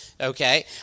Okay